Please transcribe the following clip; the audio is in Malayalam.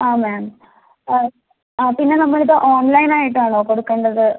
ആ മാം ആ ആ പിന്നെ നമ്മളിത് ഓൺലൈനായിട്ടാണോ കൊടുക്കണ്ടത്